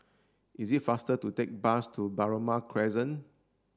it is faster to take the bus to Balmoral Crescent